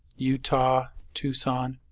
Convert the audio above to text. utah, tucson